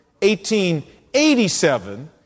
1887